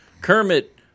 Kermit